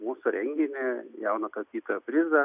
mūsų renginį jauno tapytojo prizą